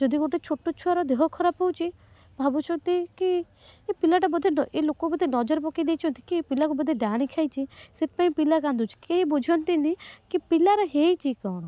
ଯଦି ଗୋଟିଏ ଛୋଟ ଛୁଆର ଦେହ ଖରାପ ହେଉଛି ଭାବୁଛନ୍ତି କି ଏ ପିଲାଟା ବୋଧେ ଡ ଏ ଲୋକ ବୋଧେ ନଜର ପକାଇ ଦେଇଛନ୍ତି କି ଏଇ ପିଲାକୁ ବୋଧେ ଡାହାଣୀ ଖାଇଛି ସେଇଥିପାଇଁ ପିଲା କାନ୍ଦୁଛି କେହି ବୁଝନ୍ତିନି କି ପିଲାର ହେଇଛି କ'ଣ